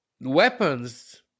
weapons